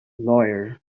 lawyer